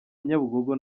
nyabugogo